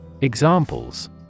Examples